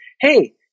hey